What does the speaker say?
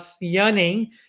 yearning